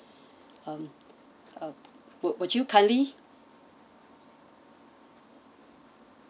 um uh will will you kindly